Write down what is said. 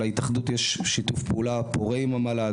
שלהתאחדות יש שיתוף פעולה פורה עם המל"ג.